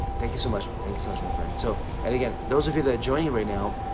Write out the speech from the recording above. thank you so much. thank you so much, my friend. so and again, those of you that are joining right now,